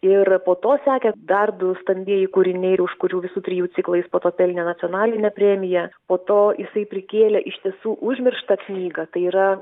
ir po to sekė dar du stambieji kūriniai ir už kurių visų trijų ciklą jis po to pelnė nacionalinę premiją po to jisai prikėlė iš tiesų užmirštą knygą tai yra